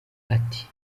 ati